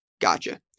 gotcha